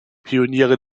pioniere